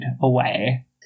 away